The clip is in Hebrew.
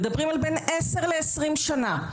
ומדברים על בין 10 ל-20 שנה.